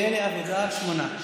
ואלי אבידר, שמונה.